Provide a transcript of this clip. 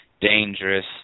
dangerous